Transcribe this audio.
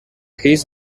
his